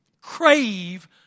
Crave